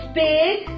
big